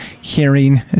hearing